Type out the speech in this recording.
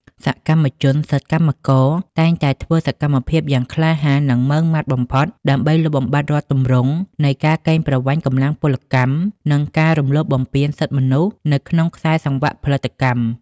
សកម្មជនសិទ្ធិកម្មករតែងតែធ្វើសកម្មភាពយ៉ាងក្លាហាន និងម៉ឺងម៉ាត់បំផុត ដើម្បីលុបបំបាត់រាល់ទម្រង់នៃការកេងប្រវ័ញ្ចកម្លាំងពលកម្ម និងការរំលោភបំពានសិទ្ធិមនុស្សនៅក្នុងខ្សែសង្វាក់ផលិតកម្ម។